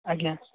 ଆଜ୍ଞା